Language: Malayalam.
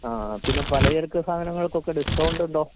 ആ പിന്നെ പലചരക്ക് സാധനങ്ങൾക്കൊക്കെ ഡിസ്കൗണ്ട് ഉണ്ടോ